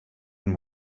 and